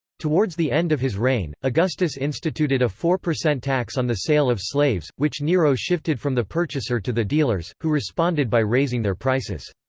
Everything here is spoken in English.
towards the end of his reign, augustus instituted a four percent tax on the sale of slaves, which nero shifted from the purchaser to the dealers, who responded by raising their prices.